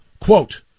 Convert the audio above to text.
quote